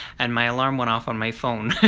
and my alarm went off on my phone.